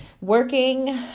working